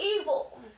evil